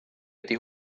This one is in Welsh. ydy